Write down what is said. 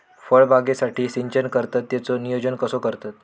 फळबागेसाठी सिंचन करतत त्याचो नियोजन कसो करतत?